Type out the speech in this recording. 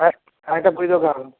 হ্যাঁ হ্যাঁ এটা বইয়ের দোকান